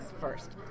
first